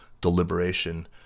deliberation